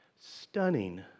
stunning